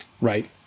Right